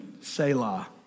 Selah